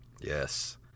Yes